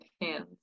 hands